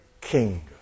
king